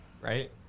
right